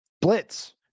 blitz